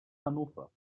hannover